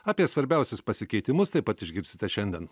apie svarbiausius pasikeitimus taip pat išgirsite šiandien